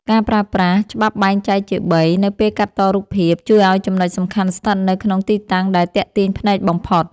ការប្រើប្រាស់ ច្បាប់បែងចែកជាបី នៅពេលកាត់តរូបភាព ជួយឱ្យចំណុចសំខាន់ស្ថិតនៅក្នុងទីតាំងដែលទាក់ទាញភ្នែកបំផុត។